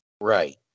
right